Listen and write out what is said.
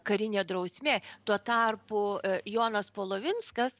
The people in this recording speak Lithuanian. karinė drausmė tuo tarpu jonas polovinskas